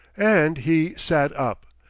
and he sat up,